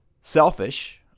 Selfish